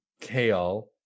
Kale